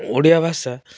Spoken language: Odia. ଓଡ଼ିଆ ଭାଷା